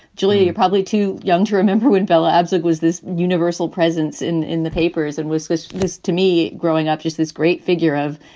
julia, you're probably too young to remember when bella abzug was this universal presence in in the papers and was. this to me growing up, just this great figure of,